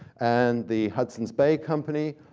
and the hudson's bay company